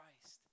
Christ